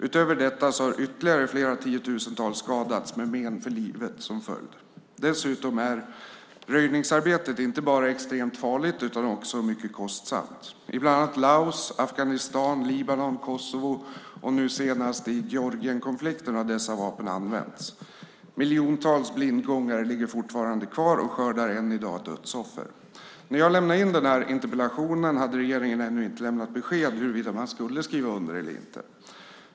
Utöver detta har ytterligare flera tiotusentals skadats med men för livet som följd. Dessutom är röjningsarbetet inte bara extremt farligt utan också mycket kostsamt. I bland annat Laos, Afghanistan, Libanon, Kosovo och nu senast i Georgienkonflikten har dessa vapen använts. Miljontals blindgångare ligger fortfarande kvar och skördar än i dag dödsoffer. När jag lämnade in den här interpellationen hade regeringen ännu inte lämnat besked om man skulle skriva under eller inte.